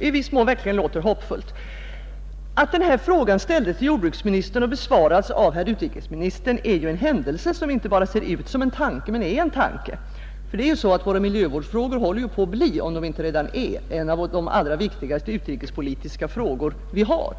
i viss mån verkligen låter hoppfullt. Att frågan ställts till jordbruksministern och besvarats av utrikesministern är en händelse som inte bara ser ut som en tanke utan är en tanke, ty det är ju så att våra miljövårdsfrågor håller på att bli, om de inte redan är, några av de allra viktigaste utrikespolitiska frågor som vi har.